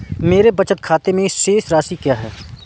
मेरे बचत खाते में शेष राशि क्या है?